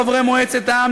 חברי מועצת העם,